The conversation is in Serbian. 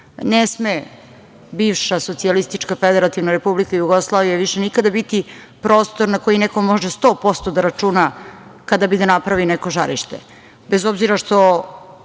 sme bivša Socijalistička Federativna Republika Jugoslavija više nikada biti prostor na koji neko može 100% da računa kada bi da napravi neko žarište,